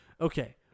Okay